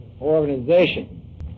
organization